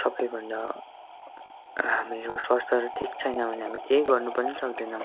सबैभन्दा हाम्रो स्वास्थ्य ठिक छैन भने हामी केही गर्नु पनि सक्दैनौँ